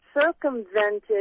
circumvented